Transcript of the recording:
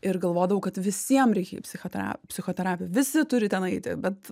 ir galvodavau kad visiem reikia į psichotera psichoterapiją visi turi ten eiti bet